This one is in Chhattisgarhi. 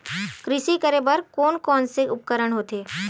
कृषि करेबर कोन कौन से उपकरण होथे?